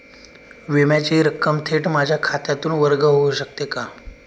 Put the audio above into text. विम्याची रक्कम थेट माझ्या खात्यातून वर्ग होऊ शकते का?